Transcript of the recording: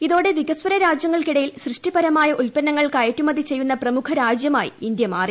ഇതോടെ വികസ്വര രാജ്യങ്ങൾക്കിടയിൽ സൃഷ്ടിപരമായ ഉല്പന്നങ്ങൾ കയറ്റുമതി ചെയ്യുന്ന പ്രമുഖ രാജ്യമായി ഇന്ത്യ മാറി